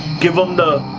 give em the